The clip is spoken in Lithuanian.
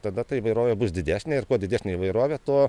tada ta įvairovė bus didesnė ir kuo didesnė įvairovė tuo